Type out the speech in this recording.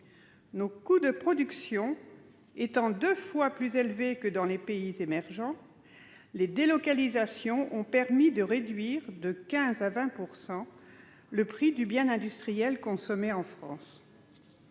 Nos coûts de production étant deux fois plus élevés que ceux des pays émergents, les délocalisations ont permis de réduire de 15 % à 20 % le prix du bien industriel consommé en France.